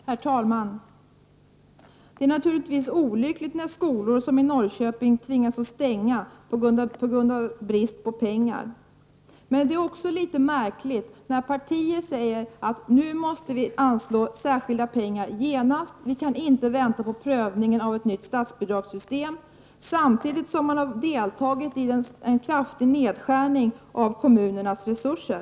Herr talman! Det är naturligtvis olyckligt när skolor, som i t.ex. Norrköping, tvingas stänga på grund av brist på pengar. Det är också litet märkligt när partier säger att vi nu måste anslå särskilda medel genast och att vi inte kan vänta på prövning av ett nytt statsbidragssystem, samtidigt som man har deltagit i en kraftig nedskärning av kommunernas resurser.